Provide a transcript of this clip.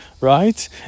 right